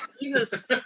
jesus